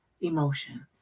emotions